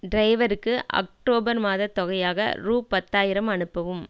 டிரைவருக்கு அக்டோபர் மாதத் தொகையாக ரூ பத்தாயிரம் அனுப்பவும்